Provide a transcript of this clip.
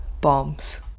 Bombs